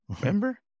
Remember